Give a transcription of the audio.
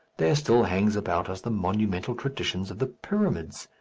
there still hangs about us the monumental traditions of the pyramids.